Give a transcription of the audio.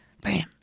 Bam